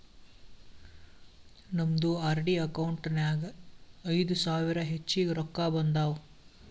ನಮ್ದು RD account ನಾಗ್ ಐಯ್ದ ಸಾವಿರ ಹೆಚ್ಚಿಗೆ ರೊಕ್ಕಾ ಬಂದಾವ್